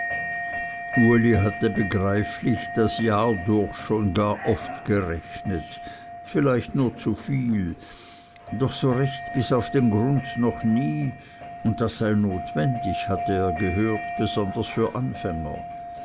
uli hatte begreiflich das jahr durch schon gar oft gerechnet vielleicht nur zu viel doch so recht bis auf den grund noch nie und das sei notwendig hatte er gehört besonders für anfänger